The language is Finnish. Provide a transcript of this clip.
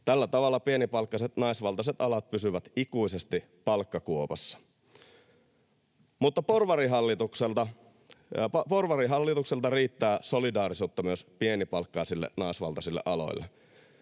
Tällä tavalla pienipalkkaiset naisvaltaiset alat pysyvät ikuisesti palkkakuopassa. Mutta porvarihallitukselta riittää solidaarisuutta myös pienipalkkaisille naisvaltaisille aloille.